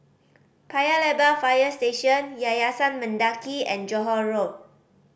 Paya Lebar Fire Station Yayasan Mendaki and Johore Road